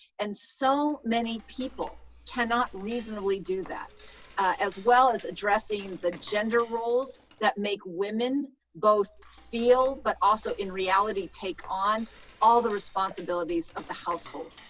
and so many people cannot reasonably do that as well as addressing the gender roles that make women both feel, but also in reality take on all the responsibilities of the household.